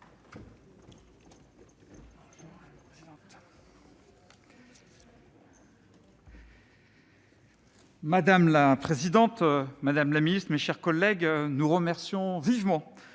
Madame la présidente, madame la secrétaire d'État, mes chers collègues, nous remercions vivement